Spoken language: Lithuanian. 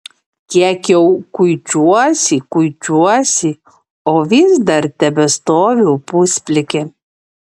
kiek jau kuičiuosi kuičiuosi o vis dar tebestoviu pusplikė